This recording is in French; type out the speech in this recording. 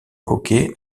hockey